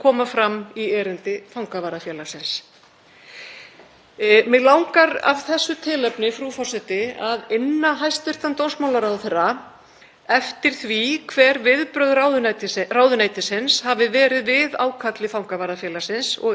eftir því hver viðbrögð ráðuneytisins hafi verið við ákalli fangavarðafélagsins og erindi Afstöðu. Hvernig hefur hæstv. dómsmálaráðherra brugðist við? Ég fæ að skjóta inn spurningu sem varðar efnið einnig: